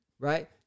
right